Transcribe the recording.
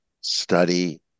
study